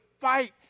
fight